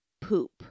poop